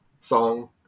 song